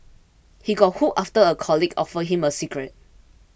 he got hooked after a colleague offered him a cigarette